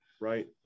Right